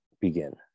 begin